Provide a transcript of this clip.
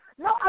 No